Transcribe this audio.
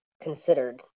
considered